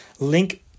Link